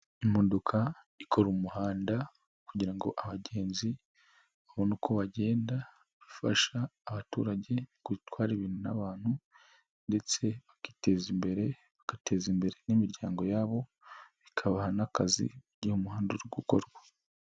Imodoka ikora umuhanda kugira ngo abagenzi babone uko bagenda, bafasha abaturage gutwara ibintu n'abantu ndetse bakiteza imbere bagateza imbere n'imiryango yabo, ikabaha n'akazi iyo umuhanda uri gukorwa.